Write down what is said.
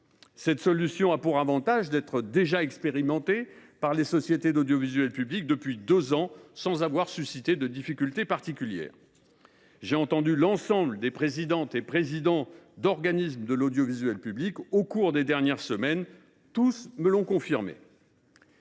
Cette solution a pour avantage d’être déjà expérimentée par ces sociétés depuis deux ans sans avoir suscité de difficultés particulières. J’ai entendu l’ensemble des présidentes et présidents d’organismes de l’audiovisuel public au cours des dernières semaines, tous me l’ont confirmé.